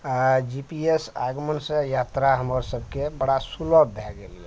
आओर G P S आगमनसँ यात्रा हमर सबके बड़ा सुलभ भए गेल यऽ